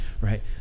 right